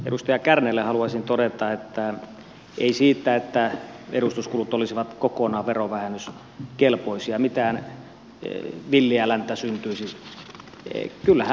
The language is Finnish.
edustaja kärnälle haluaisin todeta että ei siitä että edustuskulut olisivat kokonaan verovähennyskelpoisia mitään villiä länttä syntyisi